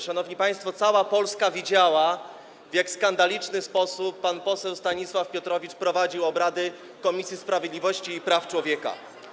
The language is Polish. Szanowni państwo, cała Polska widziała, w jak skandaliczny sposób pan poseł Stanisław Piotrowicz prowadził obrady Komisji Sprawiedliwości i Praw Człowieka.